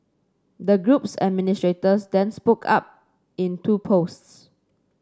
the group's administrators then spoke up in two posts